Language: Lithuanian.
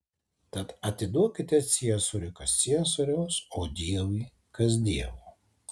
tad atiduokite ciesoriui kas ciesoriaus o dievui kas dievo